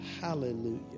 Hallelujah